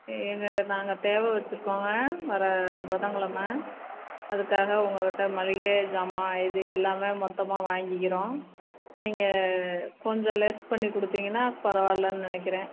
இது நாங்கள் தேவை வச்சிருக்கோங்க வர புதன் கெழம அதுக்காக உங்கள்கிட்ட மளிகை சாமான் இது எல்லாமே மொத்தமாக வாங்கிக்கிறோம் நீங்கள் கொஞ்சம் லெஸ் பண்ணி கொடுத்தீங்கனா பரவாயில்லன்னு நினைக்கிறேன்